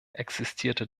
existierte